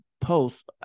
post